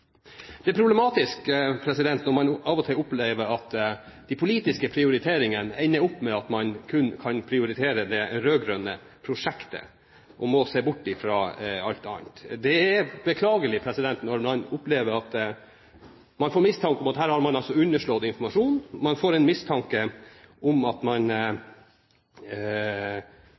Det er problematisk når man av og til opplever at de politiske prioriteringene ender opp med at man kun kan prioritere det rød-grønne prosjektet, og må se bort fra alt annet. Det er beklagelig når man opplever at man får mistanke om at her har man underslått informasjon, og man får mistanke om at man